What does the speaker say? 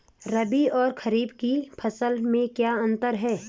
रबी और खरीफ की फसल में क्या अंतर है?